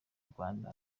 rwanda